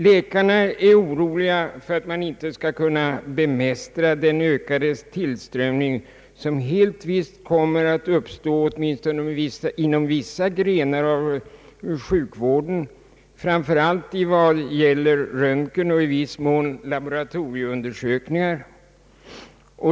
Läkarna är oroliga för att man inte skall kunna bemästra den ökade tillströmning av patienter som helt visst kommer att uppstå inom vissa grenar av sjukvården, framför allt när det gäller röntgenoch i viss mån laboratorieundersökningar.